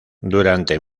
durante